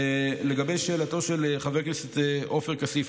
לגבי שאלתו של חבר הכנסת עופר כסיף,